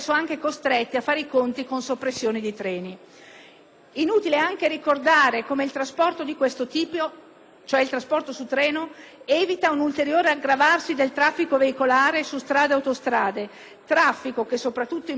Inutile ricordare ancora come il trasporto di questo tipo, ossia su treno, evita un ulteriore aggravarsi del traffico veicolare su strade e autostrade; traffico che, soprattutto in prossimità dei centri urbani, è spesso insostenibile oltre